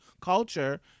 culture